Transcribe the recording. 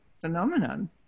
phenomenon